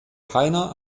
keiner